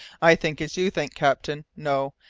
i think as you think, captain. no,